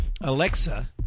Alexa